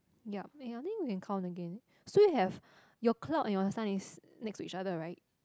yup eh I think we can count again so you have your cloud and your sun is next to each other right